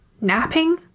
napping